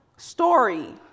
Story